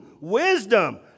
Wisdom